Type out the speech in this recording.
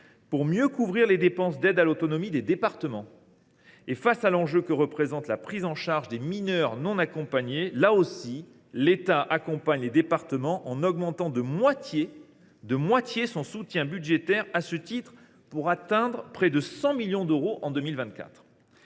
de mieux couvrir les dépenses d’aide à l’autonomie des départements. Face à l’enjeu que représente la prise en charge des mineurs non accompagnés, là aussi l’État accompagne les départements, en augmentant de moitié son soutien budgétaire à ce titre, pour lui faire atteindre près de 100 millions d’euros en 2024.